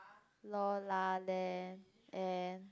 lor lah leh eh